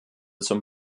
zum